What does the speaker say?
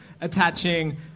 attaching